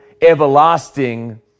everlasting